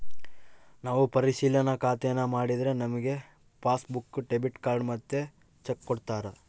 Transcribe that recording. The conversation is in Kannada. ನಾವು ಪರಿಶಿಲನಾ ಖಾತೇನಾ ಮಾಡಿದ್ರೆ ನಮಿಗೆ ಪಾಸ್ಬುಕ್ಕು, ಡೆಬಿಟ್ ಕಾರ್ಡ್ ಮತ್ತೆ ಚೆಕ್ಕು ಕೊಡ್ತಾರ